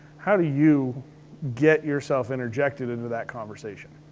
how do you get yourself interjected into that conversation?